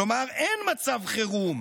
כלומר אין מצב חירום